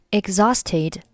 exhausted